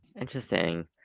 Interesting